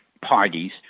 parties